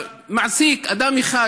מעסיק לפחות אדם אחד,